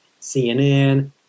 CNN